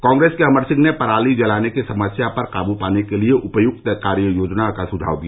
कांप्रेस के अमर सिंह ने पराली जलाने की समस्या पर काबू पाने के लिए उपयुक्त कार्ययोजना का सुझाव दिया